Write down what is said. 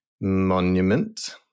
monument